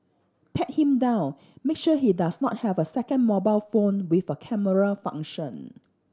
pat him down make sure he does not have a second mobile phone with a camera function